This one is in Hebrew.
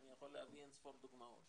אני יכול להביא אין ספור דוגמאות,